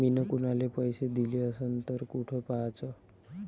मिन कुनाले पैसे दिले असन तर कुठ पाहाचं?